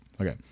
Okay